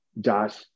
Josh